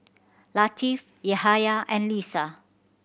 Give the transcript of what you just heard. Latif Yahaya and Lisa